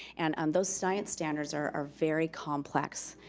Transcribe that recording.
and um those science standards are are very complex.